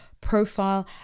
profile